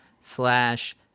slash